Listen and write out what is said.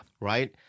Right